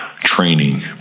Training